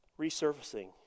resurfacing